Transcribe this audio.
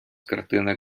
картини